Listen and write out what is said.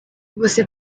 você